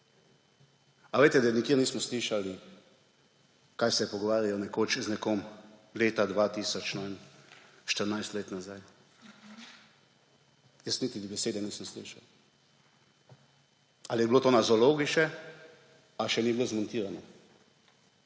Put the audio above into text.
A veste, da nikjer nismo slišali, kaj se je pogovarjal nekoč z nekom leta 2 tisoč – ne vem, 14 let nazaj. Jaz niti besede nisem slišal. Ali je bilo to še na zalogi ali še ni bilo zmontirano.